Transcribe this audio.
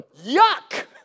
yuck